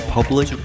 Public